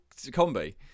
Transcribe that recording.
combi